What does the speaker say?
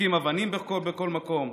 זורקים אבנים בכל מקום.